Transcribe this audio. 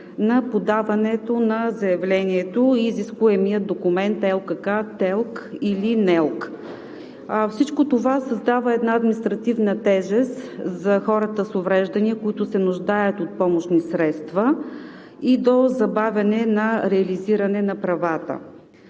на подаването на заявлението и изискуемия документ ЛКК, ТЕЛК или НЕЛК. Всичко това създава административна тежест за хората с увреждания, които се нуждаят от помощни средства и води до забавяне реализирането на правата